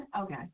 Okay